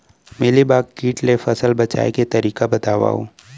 Mealybug किट ले फसल बचाए के तरीका बतावव?